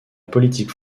politique